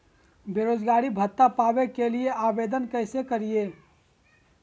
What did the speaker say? बेरोजगारी भत्ता पावे के लिए आवेदन कैसे करियय?